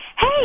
Hey